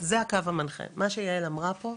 זה הקו המנחה מה שיעל אמרה פה.